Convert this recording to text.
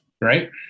right